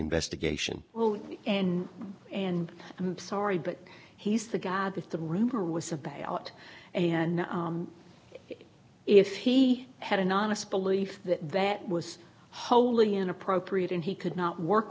investigation well and and i'm sorry but he's the guy that the rumor was about and if he had an honest belief that that was wholly inappropriate and he could not work